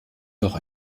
noch